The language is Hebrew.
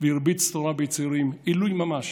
והרביץ תורה בצעירים, עילוי ממש.